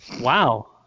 Wow